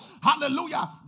Hallelujah